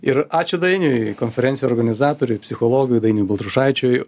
ir ačiū dainiui konferencijų organizatoriui psichologui dainiui baltrušaičiui